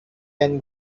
can